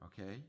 okay